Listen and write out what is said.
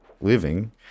living